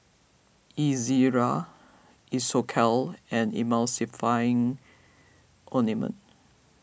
Ezerra Isocal and Emulsying Ointment